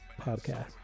Podcast